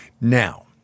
Now